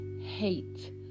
hate